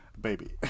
baby